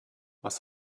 was